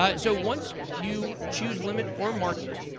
ah so, once you choose limit or market,